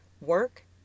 Work